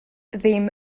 ddim